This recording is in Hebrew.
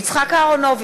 נגד יצחק אהרונוביץ,